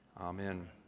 Amen